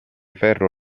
ferro